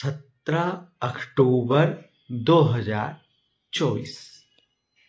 सतरह अक्टूबर दो हजार चौबीस